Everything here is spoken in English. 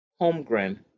Holmgren